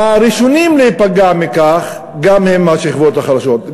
הראשונים להיפגע מכך גם הם השכבות החלשות.